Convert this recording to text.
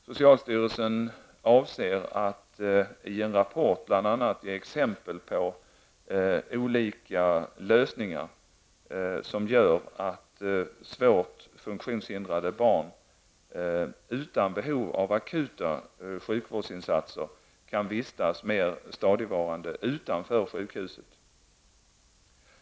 Socialstyrelsen avser att i en rapport bl.a. ge exempel på olika lösningar, som gör att svårt funktionshindrade barn, utan behov av akuta sjukvårdsinsatser, kan vistas mer stadigvarande utanför sjukhuset.